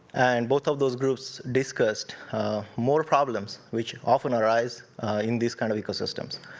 and both of those groups discussed more problems, which often arise in this kind of ecosystems.